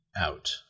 out